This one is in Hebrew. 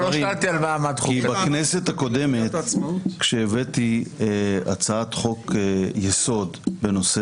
בכנסת הקודמת הבאתי הצעת חוק יסוד בנושא